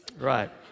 Right